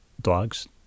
dogs